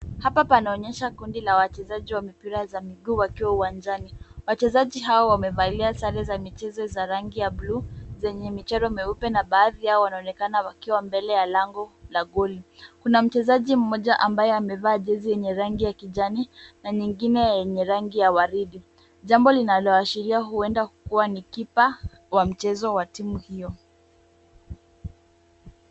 Hapa panaonyesha kundi la wachezaji wa mpira za miguu wakiwa uwanjani. Wachezaji hawa wamevalia sare za michezo za rangi ya bluu zenye michoro meupe na baadhi yao wanaonekana wakiwa mbele ya lango la goli. Kuna mchezaji mmoja ambaye amevaa jezi yenye rangi ya kijani, na nyingine yenye rangi ya waridi. Jambo linalowashuhudia huenda kuwa ni kipa wa mchezo wa timu hiyo.